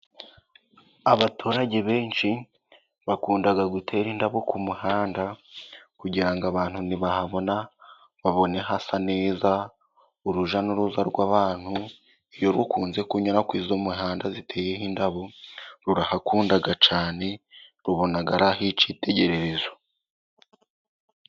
Abaturage benshi bakunda gutera indabo ku muhanda kugirango abantu ntibahabona babone hasa neza, urujya n'uruza rw'abantu iyo rukunze kunyura kuri iyo mihanda iteyeho indabo, rurahakunda cyane rubona ari aho icyitegererezo.